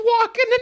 walking